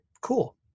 cool